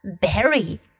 Berry